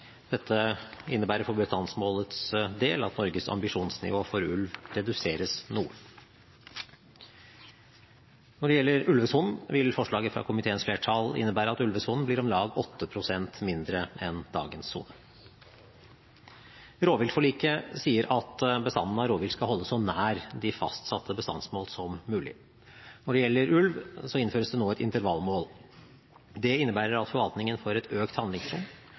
Dette innebærer for bestandsmålets del at Norges ambisjonsnivå for ulv reduseres noe. Når det gjelder ulvesonen, vil forslaget fra komiteens flertall innebære at ulvesonen blir om lag 8 pst. mindre enn dagens sone. Rovviltforliket sier at bestandene av rovvilt skal holdes så nær de fastsatte bestandsmål som mulig. Når det gjelder ulv, innføres det nå et intervallmål. Det innebærer at forvaltningen får et økt handlingsrom,